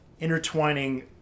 intertwining